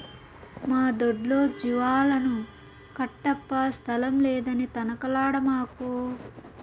మా దొడ్లో జీవాలను కట్టప్పా స్థలం లేదని తనకలాడమాకు